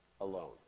alone